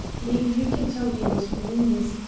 maybe you can tell me what it means.